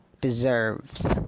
Deserves